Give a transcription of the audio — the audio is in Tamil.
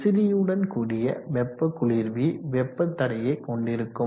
விசிறியுடன் கூடிய வெப்ப குளிர்வி வெப்ப தடையை கொண்டிருக்கும்